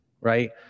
right